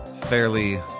Fairly